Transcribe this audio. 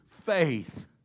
faith